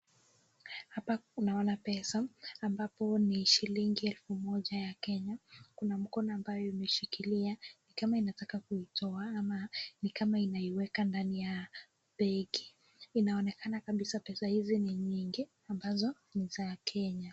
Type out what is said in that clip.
Hapa unaona pesa ambapo ni shilingi 1,000 ya Kenya. Kuna mkono ambayo imeshikilia ni kama inataka kuitoa ama ni kama inaiweka ndani ya begi. Inaonekana kabisa pesa hizi ni nyingi ambazo ni za Kenya.